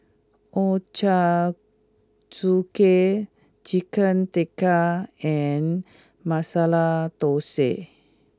Ochazuke Chicken Tikka and Masala Dosa